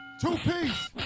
Two-piece